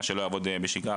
שמה שלא יעבוד בשגרה,